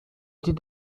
did